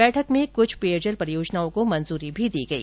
बैठक में कृछ पेयजल परियोजनाओं को मंजूरी भी दी गई